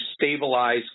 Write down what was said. stabilize